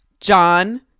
John